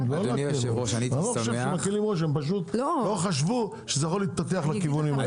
הם פשוט לא חשבו שזה יכול להתפתח לכיוונים האלה.